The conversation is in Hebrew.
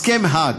הסכם האג,